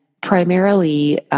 primarily